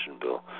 bill